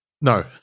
No